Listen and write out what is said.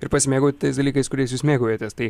ir pasimėgauti tais dalykais kuriais jūs mėgaujatės tai